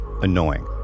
annoying